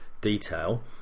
detail